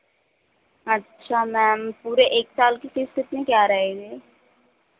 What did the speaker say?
अच्छा मैम पूरे एक साल की फीस कितने क्या रहेगी